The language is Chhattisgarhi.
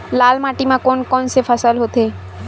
लाल माटी म कोन कौन से फसल होथे?